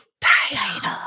title